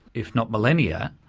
if not millennia.